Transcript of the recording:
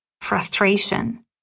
frustration